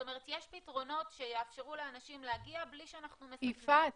זאת אומרת יש פתרונות שיאפשרו לאנשים להגיע בלי שאנחנו מסכנים אותם.